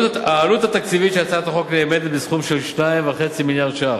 העלות התקציבית של הצעת החוק נאמדת ב-2.5 מיליארד ש"ח.